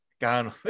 gone